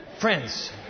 friends